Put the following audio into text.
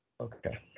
Okay